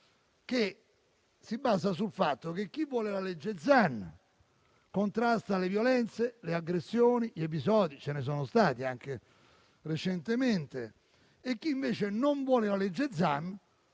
che si basa sul fatto che chi vuole la legge Zan contrasta le violenze, le aggressioni, gli episodi come ce ne sono stati anche recentemente, e chi invece non vuole la legge Zan